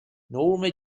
norma